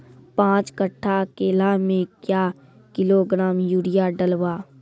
पाँच कट्ठा केला मे क्या किलोग्राम यूरिया डलवा?